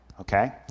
okay